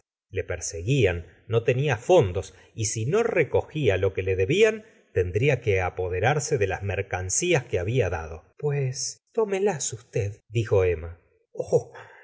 le perseguían no tenia fondos y si no recogía lo que le debían tendría que apoderarse de las mercancías que había dado pues tómelas usted dijo emma oh